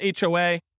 HOA